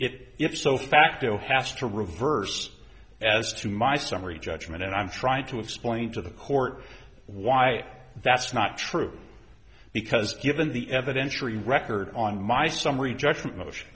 if so facto has to reverse as to my summary judgment and i'm trying to explain to the court why that's not true because given the evidence for your record on my summary judgment motion